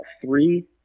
three